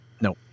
no